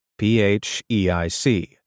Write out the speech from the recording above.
PHEIC